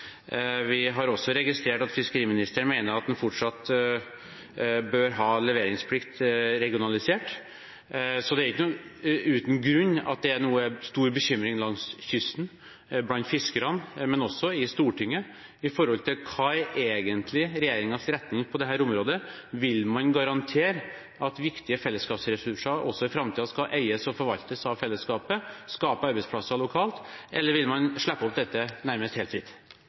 Vi har også registrert at fiskeriministeren mener at man fortsatt bør ha regionalisert leveringsplikt. Så det er ikke uten grunn at det er stor bekymring blant fiskerne langs kysten, og også i Stortinget, med tanke på hva som egentlig er regjeringens retning på dette området. Vil man garantere at viktige fellesskapsressurser også i framtiden skal eies og forvaltes av fellesskapet og skape arbeidsplasser lokalt, eller vil man slippe dette nærmest helt fritt?